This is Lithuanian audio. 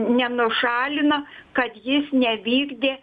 nenušalino kad jis nevykdė